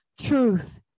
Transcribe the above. truth